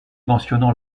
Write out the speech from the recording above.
mentionnant